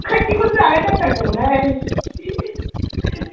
टिपकाइनिखौनो जानाय नायनांगौमोनहाय